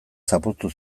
zapuztu